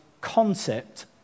concept